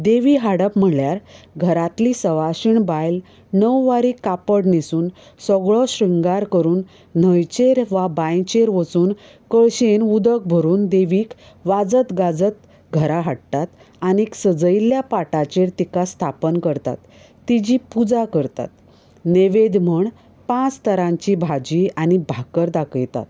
देवी हाडप म्हणल्यार घरांतली सवाशीण बायल णववारी कापड न्हेसून सगळो श्रृंगार करून न्हंयचेर वा बांयचेर वचून कळशेंत उदक भरून देवीक वाजत गाजत घरा हाडटात आनी सजयल्ल्या पाटाचेर तिका स्थापन करतात तिजी पुजा करतात नेवैद म्हूण पांच तरांची भाजी आनी भाकर दाखयतात